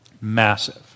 Massive